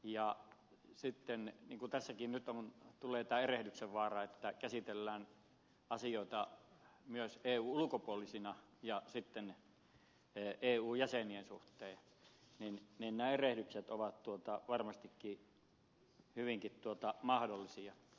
ja sitten kun tässäkin nyt tulee tämä erehdyksen vaara että käsitellään asioita myös eun ulkopuolisien ja sitten eun jäsenien suhteen niin nämä erehdykset ovat varmastikin hyvinkin mahdollisia